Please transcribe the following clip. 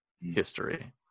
history